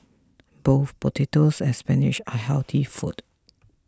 both potatoes and spinach are healthy foods